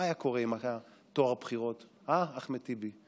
מה היה קורה עם טוהר הבחירות, אה, אחמד טיבי?